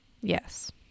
Yes